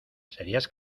serías